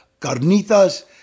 carnitas